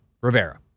Rivera